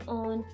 on